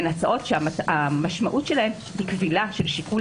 הן הצעות שהמשמעות שלהן היא כבילה של שיקול